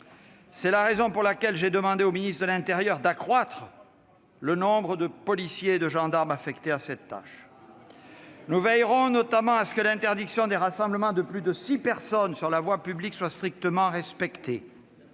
C'est la raison pour laquelle j'ai demandé au ministre de l'intérieur d'accroître le nombre de policiers et de gendarmes affectés à cette tâche. Au lieu de s'occuper des voyous ! Nous veillerons notamment à ce que l'interdiction des rassemblements de plus de six personnes sur la voie publique soit strictement respectée.